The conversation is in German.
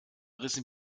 rissen